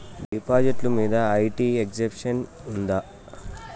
డిపాజిట్లు మీద IT exemption ఉందా?